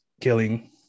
killing